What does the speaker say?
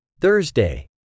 Thursday